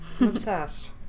Obsessed